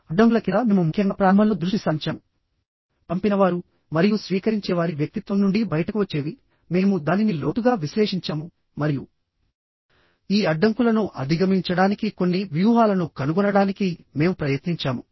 అడ్డంకుల కింద మేము ముఖ్యంగా ప్రారంభంలో దృష్టి సారించాము పంపినవారు మరియు స్వీకరించేవారి వ్యక్తిత్వం నుండి బయటకు వచ్చేవిమేము దానిని లోతుగా విశ్లేషించాము మరియు ఈ అడ్డంకులను అధిగమించడానికి కొన్ని వ్యూహాలను కనుగొనడానికి మేము ప్రయత్నించాము